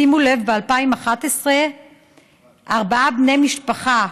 שימו לב: ב-2011 ארבעה בני משפחה,